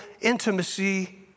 intimacy